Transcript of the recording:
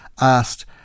asked